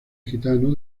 gitano